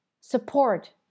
support